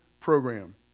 program